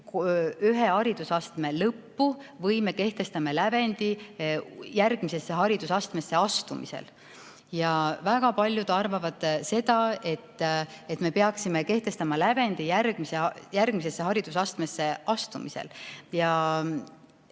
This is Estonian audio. ühe haridusastme lõpus või me kehtestame lävendi järgmisesse haridusastmesse astumisel. Väga paljud arvavad, et me peaksime kehtestama lävendi järgmisesse haridusastmesse astumisel. Täna